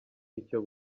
icyo